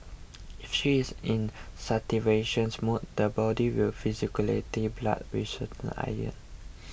if she is in starvation mode the body will physiologically blood which contains iron